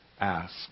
ask